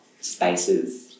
spaces